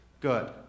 Good